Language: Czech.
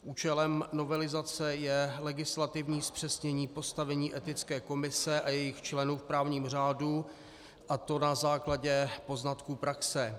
Účelem novelizace je legislativní zpřesnění postavení Etické komise a jejích členů v právním řádu, a to na základě poznatků praxe.